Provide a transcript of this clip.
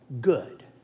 good